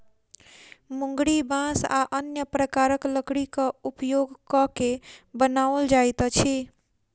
मुंगरी बाँस आ अन्य प्रकारक लकड़ीक उपयोग क के बनाओल जाइत अछि